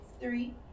Three